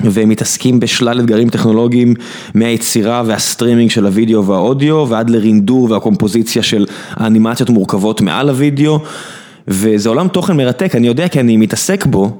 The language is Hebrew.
ומתעסקים בשלל אתגרים טכנולוגיים מהיצירה והסטרימינג של הוידאו והאודיו, ועד לרינדור והקומפוזיציה של האנימציות המורכבות מעל הוידאו, וזה עולם תוכן מרתק, אני יודע כי אני מתעסק בו.